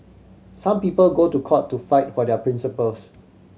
some people go to court to fight for their principles